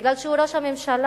בגלל שהוא ראש ממשלה?